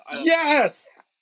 Yes